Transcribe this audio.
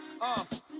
off